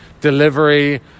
delivery